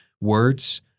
words